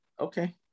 okay